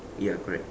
ya correct